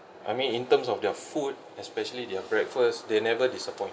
I mean in terms of their food especially their breakfast they never disappoint